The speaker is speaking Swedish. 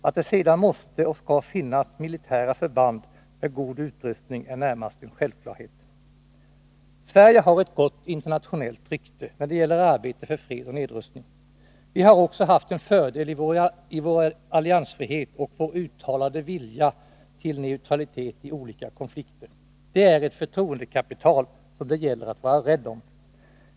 Att det sedan måste och skall finnas militära förband med god utrustning är närmast en självklarhet. Sverige har ett gott internationellt rykte när det gäller arbetet för fred och nedrustning. Vi har också haft en fördel i vår alliansfrihet och vår uttalade vilja till neutralitet i olika konflikter. Det är ett förtroendekapital som det gäller att vara rädd om.